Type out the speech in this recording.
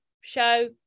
show